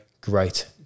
great